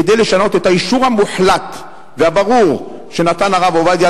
כדי לשנות את האישור המוחלט והברור שנתן הרב עובדיה